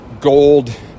gold